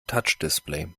touchdisplay